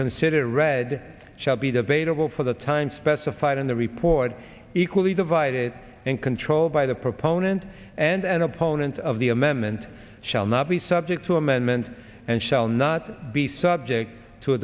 considered read shall be debatable for the time specified in the report equally divided and controlled by the proponent and an opponent of the amendment shall not be subject to amendment and shall not be subject to a